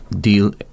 deal